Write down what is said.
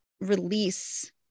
release